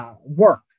work